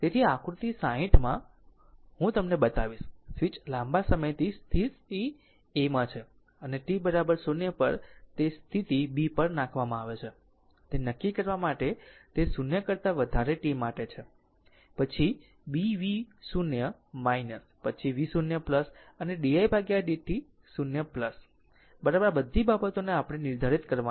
તેથી આકૃતિ 60 માં હું તમને બતાવીશ સ્વીચ લાંબા સમયથી સ્થિતિ a માં છે અને t 0 પર તે સ્થિતિ b પર નાખવામાં આવે છે તે નક્કી કરવા માટે કે તે 0 કરતા વધારે t માટે છે પછી b v0 પછી v0 અને didt 0 બરાબર આ બધી બાબતો આપણે નિર્ધારિત કરવાની છે